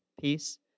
peace